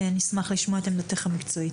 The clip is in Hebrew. נשמח לשמוע את עמדתך המקצועית.